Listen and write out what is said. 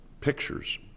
pictures